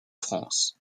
france